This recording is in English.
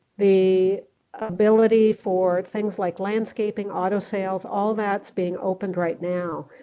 the ability for things like landscaping, auto sales, all that's being opened right now.